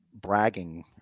bragging